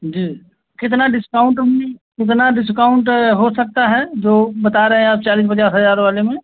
जी कितना डिस्काउन्ट ओमी कितना डिस्काउन्ट हो सकता है जो बता रहे हैं आप चालीस पचास हज़ार वाले में